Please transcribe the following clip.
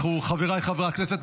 חבריי חברי הכנסת,